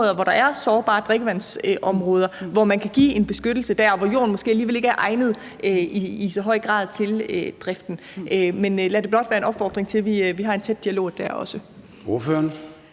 der er sårbare drikkevandsområder, så man kan give en beskyttelse der, hvor jorden måske alligevel ikke i så høj grad er egnet til driften. Men lad det blot være en opfordring til, at vi har en tæt dialog der også.